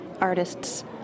artists